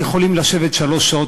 יכולים לשבת שלוש שעות,